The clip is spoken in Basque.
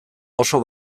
oso